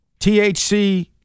THC